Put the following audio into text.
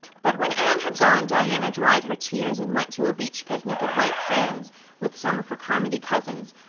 but when anne had gone diana dried her tears and went to a beach picnic at white sands with some of her carmody cousins,